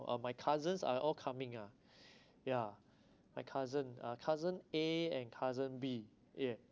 uh my cousins are all coming ah ya my cousin uh cousin A and cousin B ya